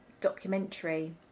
documentary